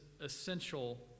essential